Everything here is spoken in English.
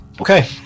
okay